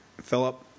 Philip